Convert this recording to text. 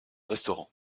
restaurant